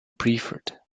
preferred